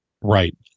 right